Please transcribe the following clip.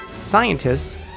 scientists